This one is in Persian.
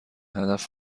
هدف